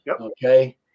okay